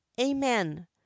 amen